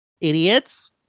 Idiots